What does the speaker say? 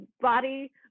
body